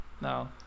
No